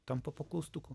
tampa po klaustuku